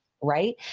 right